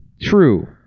True